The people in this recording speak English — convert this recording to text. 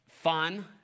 fun